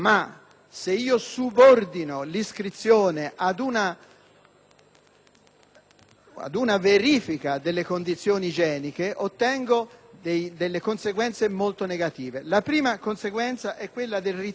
ad una verifica delle condizioni igieniche ottengo delle conseguenze molto negative. La prima conseguenza è il ritardo dell'iscrizione, perché si ritarderà l'iscrizione a causa della paura che